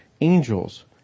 angels